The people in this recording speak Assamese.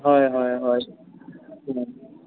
হয় হয় হয়